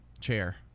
chair